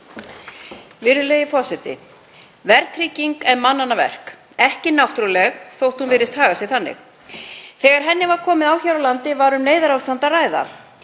Virðulegi forseti. Verðtrygging er mannanna verk, ekki náttúruleg þótt hún virðist haga sér þannig. Þegar henni var komið á hér á landi var um neyðarástand að ræða.